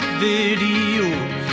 videos